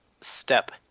step